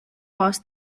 was